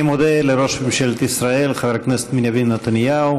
אני מודה לראש ממשלת ישראל חבר הכנסת בנימין נתניהו,